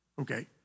okay